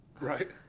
Right